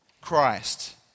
Christ